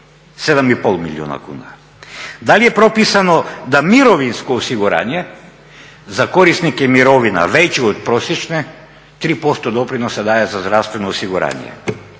7,5 milijuna kuna. Da li je propisano da mirovinsko osiguranje za korisnike mirovina veće od prosječne 3% doprinosa daje za zdravstveno osiguranje?